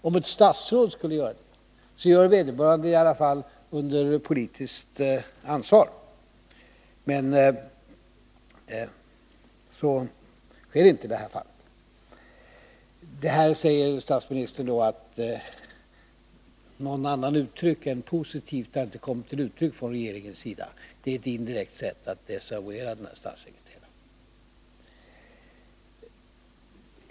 Om ett statsråd skulle göra det, gör vederbörande det i alla fall under politiskt ansvar. Men så sker inte i detta fall. Statsministern säger att något annat än positiva omdömen inte har kommit till uttryck från regeringens sida. Det är ett indirekt sätt att desavouera denna statssekreterare.